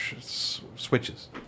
switches